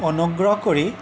অনুগ্ৰহ কৰি